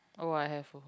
oh I have